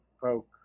folk